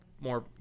more